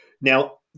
Now